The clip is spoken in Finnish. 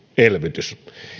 elvytys